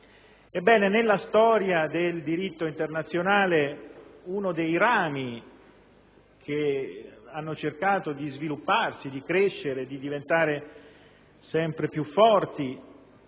Ebbene, nella storia del diritto internazionale uno dei rami che hanno cercato di svilupparsi, di crescere, di diventare sempre più forti